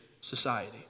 society